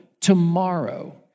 tomorrow